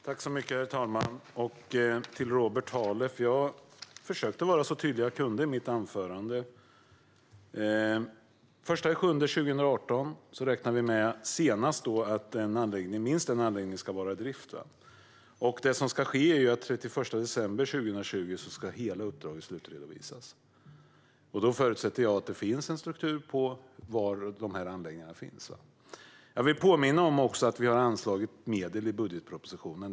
Herr talman! Till Robert Halef vill jag säga att jag försökte vara så tydlig jag kunde i mitt anförande. Senast den 1 juli 2018 räknar vi med att minst en anläggning ska vara i drift. Det som sedan ska ske är att hela uppdraget ska slutredovisas den 31 december 2020. Då förutsätter jag att det finns en struktur för var de här anläggningarna finns. Jag vill påminna om att vi har anslagit medel i budgetpropositionen.